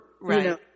Right